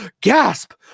gasp